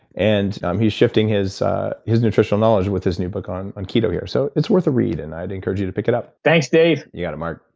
and um he's shifting his his nutritional knowledge with his new book on on keto here, so it's worth a read. and i do encourage you to pick it up thanks, dave you got it, mark.